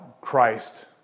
Christ